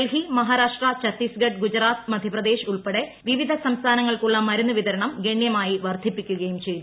ഡൽഹി മഹാരാഷ്ട്ര ഛത്തീസ്ഗഡ് ഗുജറാത്ത് മധ്യപ്രദേശ് ഉൾപ്പെടെ വിവിധ സംസ്ഥാനങ്ങൾക്കുള്ള മരുന്ന് വിതരണം ഗണ്യമായി വർധിപ്പിക്കുകയും ചെയ്തു